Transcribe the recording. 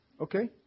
Okay